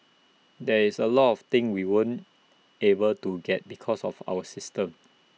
there is A lot of things we weren't able to get because of our system